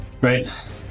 Right